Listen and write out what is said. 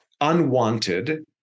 unwanted